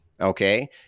okay